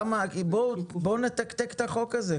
בואו נתקתק את החוק הזה.